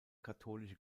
katholische